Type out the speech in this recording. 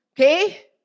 Okay